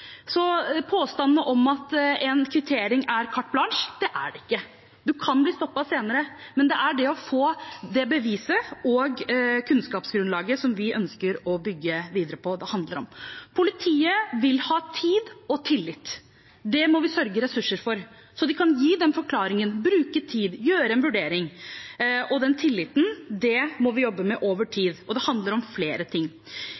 om at en kvittering er carte blanche: Det er det ikke. Man kan bli stoppet senere. Det er å få det beviset og kunnskapsgrunnlaget vi ønsker å bygge videre på, det handler om. Politiet vil ha tid og tillit. Det må vi sørge for ressurser til, så de kan gi forklaringen, bruke tid, gjøre en vurdering. Tilliten må vi jobbe med over tid, og det handler om flere ting.